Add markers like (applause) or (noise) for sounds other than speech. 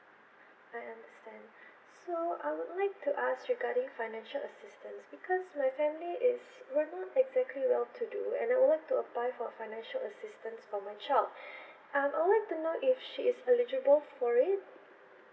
I understand so I would like to ask regarding financial assistance because my family is we're not exactly well to do and I would like to apply for financial assistance for my child (breath) um I would to know if she is eligible for it